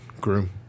groom